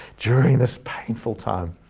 during this painful time.